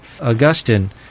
Augustine